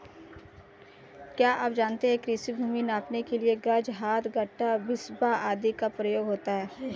क्या आप जानते है कृषि भूमि नापने के लिए गज, हाथ, गट्ठा, बिस्बा आदि का प्रयोग होता है?